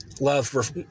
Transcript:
love